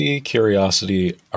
curiosity